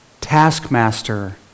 taskmaster